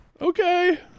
Okay